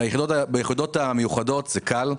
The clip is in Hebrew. ביחידות המיוחדות זה קל,